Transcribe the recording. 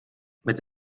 mit